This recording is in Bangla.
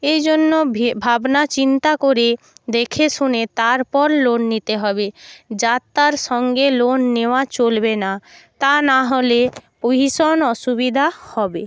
এই জন্য ভাবনাচিন্তা করে দেখেশুনে তারপর লোন নিতে হবে যার তার সঙ্গে লোন নেওয়া চলবে না তা নাহলে ভীষণ অসুবিধা হবে